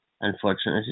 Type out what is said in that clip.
unfortunately